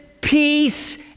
peace